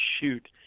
Shoot